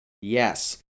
Yes